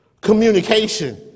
Communication